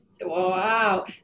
Wow